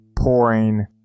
Pouring